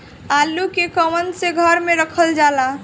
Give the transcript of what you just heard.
आलू के कवन से घर मे रखल जाला?